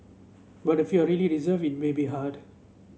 but if you are really reserved it may be hard